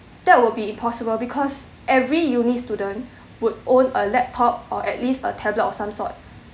that will be impossible because every uni student would own a laptop or at least a tablet or some sort